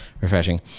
refreshing